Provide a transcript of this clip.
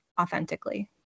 authentically